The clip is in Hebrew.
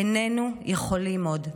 איננו יכולים עוד.